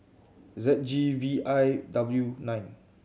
Z G V I W nine